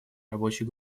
рабочей